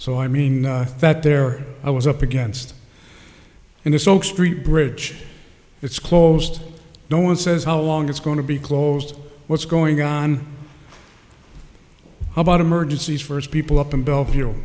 so i mean that there i was up against and this old street bridge it's closed no one says how long it's going to be closed what's going on about emergencies first people up in bellevue